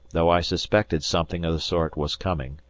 though i suspected something of the sort was coming,